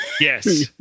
Yes